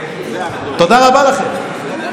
תודה רבה לכם.